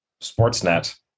Sportsnet